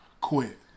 quit